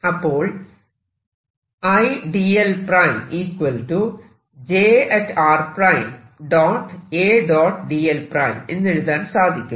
അപ്പോൾ എന്നെഴുതാൻ സാധിക്കും